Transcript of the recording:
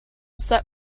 set